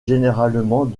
généralement